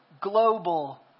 global